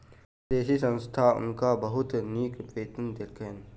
विदेशी संस्था हुनका बहुत नीक वेतन देलकैन